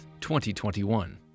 2021